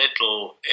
little